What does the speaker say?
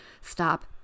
stop